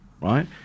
right